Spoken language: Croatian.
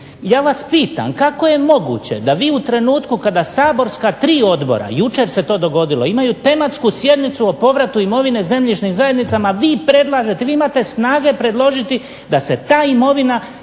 Ja vas pitam kako je moguće da vi u trenutku kada saborska tri odbora, jučer se to dogodilo, imaju tematsku sjednicu o povratu imovine zemljišnim zajednicama vi predlažete, vi imate snage predložiti da se ta imovina